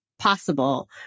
possible